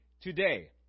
today